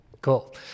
Cool